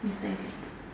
no thank you